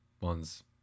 one's